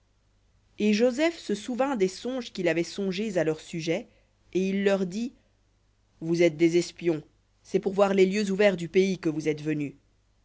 et joseph se souvint des songes qu'il avait songés à leur sujet et il leur dit vous êtes des espions c'est pour voir les lieux ouverts du pays que vous êtes venus